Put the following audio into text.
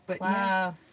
Wow